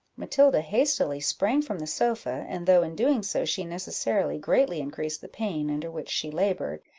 matilda hastily sprang from the sofa, and though in doing so she necessarily greatly increased the pain under which she laboured,